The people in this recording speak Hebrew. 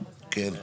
כן.